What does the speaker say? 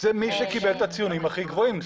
זה מי שקיבל את הציונים הכי גבוהים.